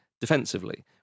defensively